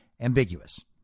ambiguous